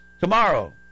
Tomorrow